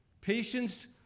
Patience